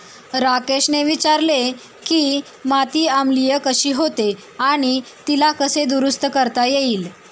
राकेशने विचारले की माती आम्लीय कशी होते आणि तिला कसे दुरुस्त करता येईल?